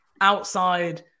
outside